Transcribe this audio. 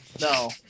No